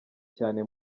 cyane